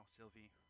Sylvie